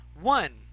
one